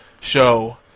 show